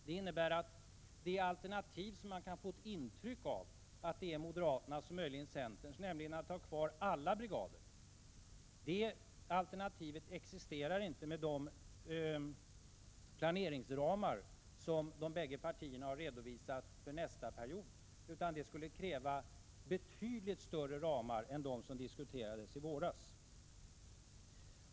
Det innebär att det alternativ som man kan ha fått intryck av är moderaternas, möjligen centerns, nämligen att ha kvar alla brigader, inte existerar med de planeringsramar som de bägge partierna har redovisat för nästa period. Det skulle i stället krävas betydligt större ramar än de som diskuterades i våras.